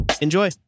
Enjoy